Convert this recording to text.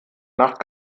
nacht